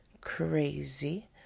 Crazy